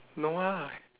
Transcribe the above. no ah